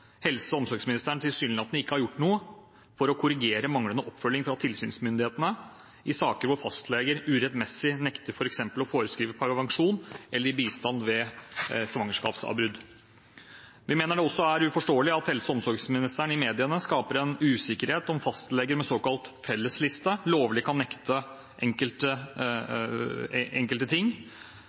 helse- og omsorgsministeren tilsynelatende ikke har gjort noe for å korrigere manglende oppfølging fra tilsynsmyndighetene i saker hvor fastleger urettmessig nekter f.eks. å forskrive prevensjon eller gi bistand ved svangerskapsavbrudd. Vi mener det også er uforståelig at helse- og omsorgsministeren i mediene skaper en usikkerhet om fastleger med såkalt fellesliste lovlig kan nekte enkelte ting.